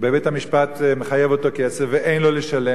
ובית-המשפט מחייב אותו ואין לו לשלם,